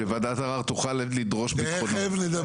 שוועדת ערר תוכל לדרוש בטחונות.